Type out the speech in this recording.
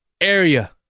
area